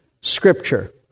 Scripture